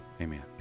Amen